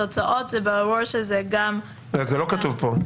תוצאות זה ברור שזה גם --- זה לא כתוב פה.